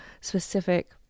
specific